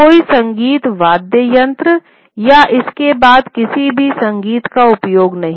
कोई संगीत वाद्य यंत्र या इसके साथ किसी भी संगीत का उपयोग नहीं था